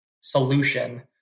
solution